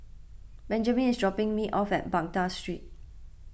Benjman is dropping me off at Baghdad Street